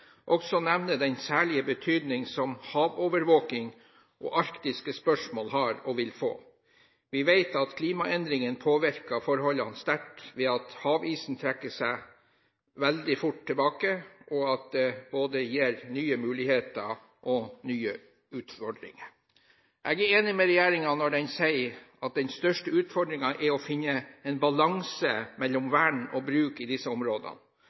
også nevne den særlige betydning som havovervåking og arktiske spørsmål har og vil få. Vi vet at klimaendringene påvirker forholdene sterkt ved at havisen trekker seg veldig fort tilbake, og at det gir både nye muligheter og nye utfordringer. Jeg er enig med regjeringen når den sier at den største utfordringen er å finne en balanse mellom vern og bruk i disse områdene.